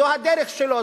זו הדרך שלו,